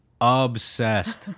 obsessed